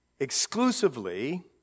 Exclusively